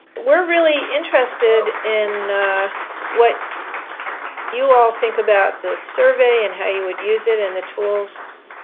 we're really interested in what you all think about this survey, and how you would use it, and the tools